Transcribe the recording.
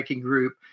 group